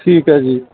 ਠੀਕ ਹੈ ਜੀ